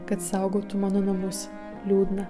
kad saugotų mano namus liūdna